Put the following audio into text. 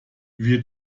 wir